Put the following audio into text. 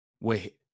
Wait